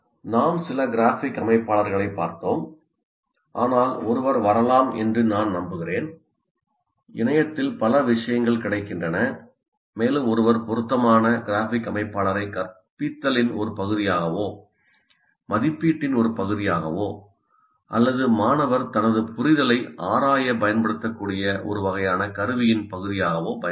நாம் சில கிராஃபிக் அமைப்பாளர்களைப் பார்த்தோம் ஆனால் ஒருவர் வரலாம் என்று நான் நம்புகிறேன் இணையத்தில் பல விஷயங்கள் கிடைக்கின்றன மேலும் ஒருவர் பொருத்தமான கிராஃபிக் அமைப்பாளரை கற்பித்தலின் ஒரு பகுதியாகவோ மதிப்பீட்டின் ஒரு பகுதியாகவோ அல்லது மாணவர் தனது புரிதலை ஆராய பயன்படுத்தக்கூடிய ஒரு வகையான கருவியின் பகுதியாகவோ பயன்படுத்தலாம்